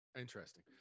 Interesting